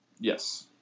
Yes